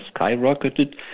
skyrocketed